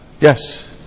yes